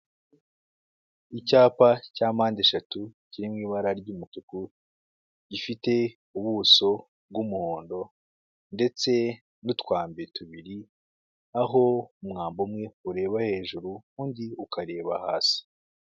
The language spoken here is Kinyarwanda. Icyapa cya mpande eshatu kiri mu ibara ry'umutuku, gifite ubuso bw'umuhondo ndetse n'utwambi tubiri aho umwambi umwe ureba hejuru undi ukareba hasi.